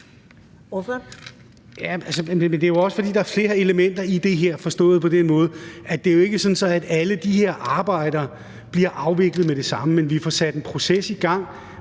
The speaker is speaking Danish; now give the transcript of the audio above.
det er jo også, fordi der er flere elementer i det her, forstået på den måde, at det jo ikke er sådan, at alle de her arbejder bliver afviklet med det samme, men vi får sat en proces i gang,